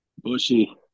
Bushy